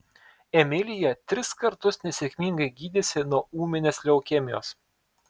emilija tris kartus nesėkmingai gydėsi nuo ūminės leukemijos